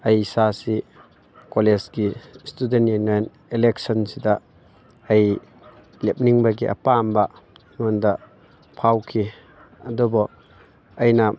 ꯑꯩ ꯏꯁꯥꯁꯤ ꯀꯣꯂꯦꯖꯀꯤ ꯏꯁꯇꯨꯗꯦꯟ ꯌꯨꯅꯤꯌꯟ ꯏꯂꯦꯛꯁꯟꯁꯤꯗ ꯑꯩ ꯂꯦꯞꯅꯤꯡꯕꯒꯤ ꯑꯄꯥꯝꯕ ꯑꯩꯉꯣꯟꯗ ꯐꯥꯎꯈꯤ ꯑꯗꯨꯕꯨ ꯑꯩꯅ